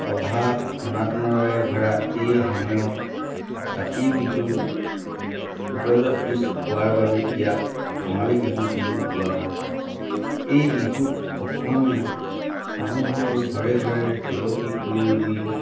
অভাৱ অনাটনেৰে ভৰা এই সময়ত কাতি বিহু উদযাপিত হোৱাৰ বাবে ইয়াক কঙালী বিহু বুলিও কোৱা হয় এই বিহুত অসমীয়া মানুহৰ ঘৰে ঘৰে তুলসী পুলি ৰুই